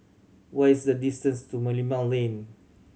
what is the distance to Merlimau Lane